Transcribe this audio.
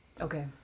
Okay